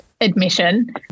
admission